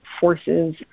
forces